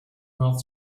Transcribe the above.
mouth